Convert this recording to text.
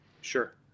Sure